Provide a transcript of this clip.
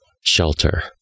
shelter